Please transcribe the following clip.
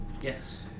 Yes